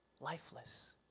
Lifeless